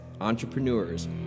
entrepreneurs